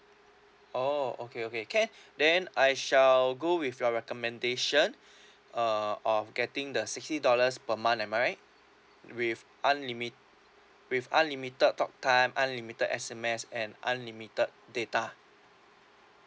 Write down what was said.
oh okay okay can then I shall go with your recommendation uh of getting the sixty dollars per month am I right with unlimit~ with unlimited talk time unlimited S_M_S and unlimited data